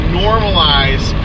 normalize